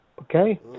Okay